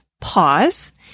pause